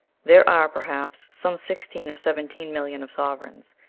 there are, perhaps, some sixteen or seventeen millions of sovereigns,